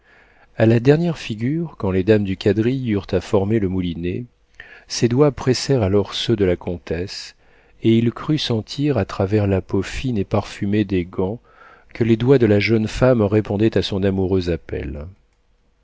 a la dernière figure quand les dames du quadrille eurent à former le moulinet ses doigts pressèrent alors ceux de la comtesse et il crut sentir à travers la peau fine et parfumée des gants que les doigts de la jeune femme répondaient à son amoureux appel